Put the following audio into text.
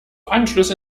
anschlüsse